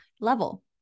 level